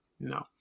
No